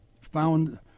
found